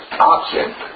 Option